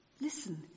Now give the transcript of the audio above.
Listen